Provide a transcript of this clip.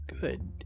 good